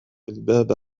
الباب